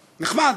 נחמד,